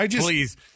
please